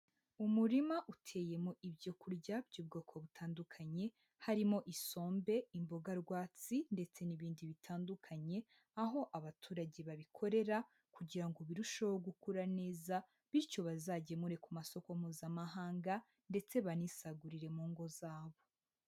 Umurima uteyemo ibyo kurya by'ubwoko butandukanye, harimo: isombe, imboga rwatsi ndetse n'ibindi bitandukanye, aho abaturage babikorera kugira ngo birusheho gukura neza, bityo bazagemure ku masoko Mpuzamahanga, ndetse banisagurire mu ngo zabo.